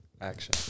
action